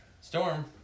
Storm